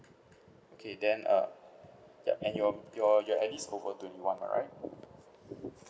okay then uh yup and you're you're you're at least over twenty one mah right